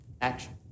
Action